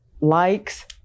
likes